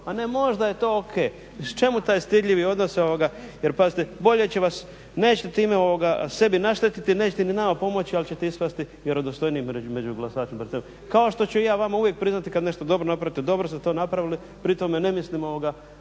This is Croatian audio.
a ne možda je to ok. Čemu taj stidljivi odnos? Jer pazite bolje će vas, nećete time sebi naštetiti, nećete ni nama pomoći ali ćete ispasti vjerodostojniji među glasačima. Kao što ću i ja vama uvijek priznati kad nešto dobro napravite, dobro ste to napravili, pritom ne mislimo ovoga